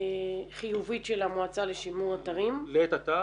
חיובית של המועצה לשימור אתרים -- לעת עתה.